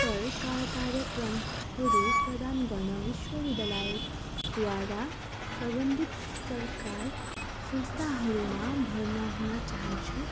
स्तरका कार्यक्रमहरू प्रदान गर्न विश्वविद्यालयद्वारा प्रबन्धित सरकार संस्थाहरूमा भर्ना हुन चाहन्छु